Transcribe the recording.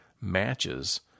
matches